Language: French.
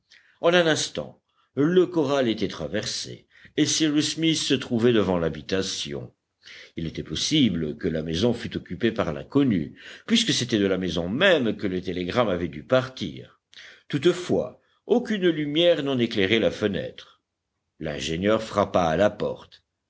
en un instant le corral était traversé et cyrus smith se trouvait devant l'habitation il était possible que la maison fût occupée par l'inconnu puisque c'était de la maison même que le télégramme avait dû partir toutefois aucune lumière n'en éclairait la fenêtre l'ingénieur frappa à la porte